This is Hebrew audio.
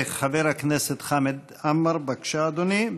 חבר הכנסת חמד עמאר, בבקשה, אדוני.